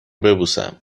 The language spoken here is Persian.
ببوسم